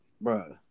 bro